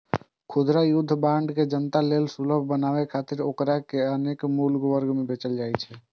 खुदरा युद्ध बांड के जनता लेल सुलभ बनाबै खातिर ओकरा अनेक मूल्य वर्ग मे बेचल जाइ छै